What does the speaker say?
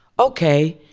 ok.